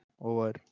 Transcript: over